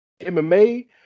MMA